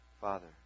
Father